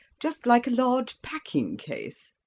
just like a large packing case.